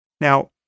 Now